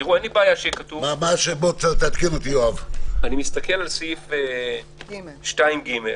מסתכל על סעיף 2(ג)